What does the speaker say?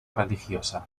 religiosa